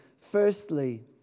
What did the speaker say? firstly